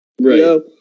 Right